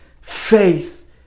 faith